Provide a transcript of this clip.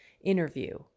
interview